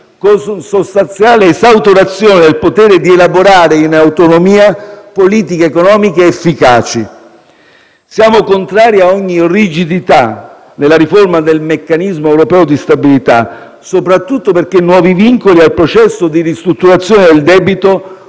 con sostanziale esautorazione del potere di elaborare in autonomia politiche economiche efficaci. Siamo contrari a ogni rigidità nella riforma del meccanismo europeo di stabilità, soprattutto perché nuovi vincoli al processo di ristrutturazione del debito